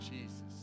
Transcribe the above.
Jesus